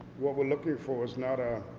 what we're looking for is not a,